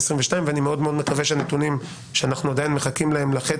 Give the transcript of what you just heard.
ואני מאוד מקווה שהנתונים שאני עדיין מחכה להם,